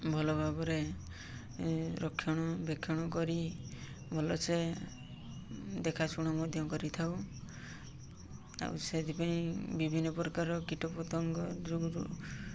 ଭଲ ଭାବରେ ରକ୍ଷଣବେକ୍ଷଣ କରି ଭଲସେ ଦେଖାଶୁଣ ମଧ୍ୟ କରିଥାଉ ଆଉ ସେଥିପାଇଁ ବିଭିନ୍ନ ପ୍ରକାର କୀଟପତଙ୍ଗ ଯୋଗୁରୁ